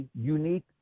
unique